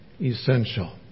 essential